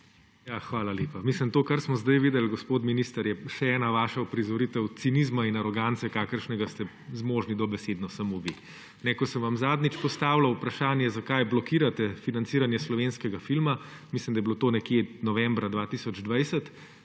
Hvala lepa. To, kar smo zdaj videli, gospod minister, je še ena vaša uprizoritev cinizma in arogance, kakršnega ste zmožni dobesedno samo vi. Ko sem vam zadnjič postavil vprašanje, zakaj blokirate financiranje slovenskega filma, mislim, da je bilo to nekje novembra 2020